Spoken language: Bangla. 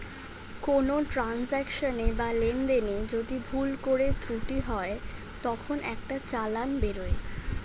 কোনো ট্রান্সাকশনে বা লেনদেনে যদি ভুল করে ত্রুটি হয় তখন একটা চালান বেরোয়